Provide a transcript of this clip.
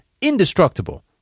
Indestructible